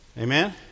Amen